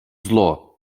зло